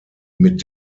mit